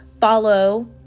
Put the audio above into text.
follow